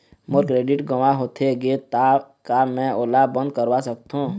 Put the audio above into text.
मोर credit गंवा होथे गे ता का मैं ओला बंद करवा सकथों?